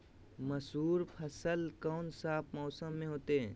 मसूर फसल कौन सा मौसम में होते हैं?